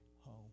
home